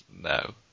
no